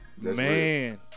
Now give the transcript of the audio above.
Man